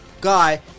guy